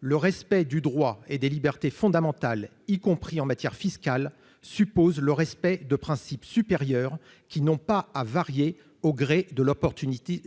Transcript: le respect du droit et des libertés fondamentales, y compris en matière fiscale suppose le respect de principes supérieurs qui n'ont pas à varier au gré de l'opportunité,